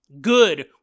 good